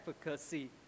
efficacy